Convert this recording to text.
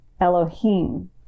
Elohim